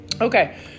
Okay